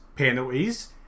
Penalties